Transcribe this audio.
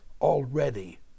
already